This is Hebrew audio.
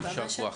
אז תודה רבה.